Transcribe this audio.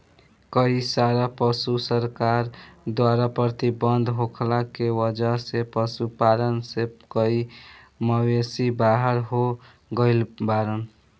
कई सारा पशु सरकार द्वारा प्रतिबंधित होखला के वजह से पशुपालन से कई मवेषी बाहर हो गइल बाड़न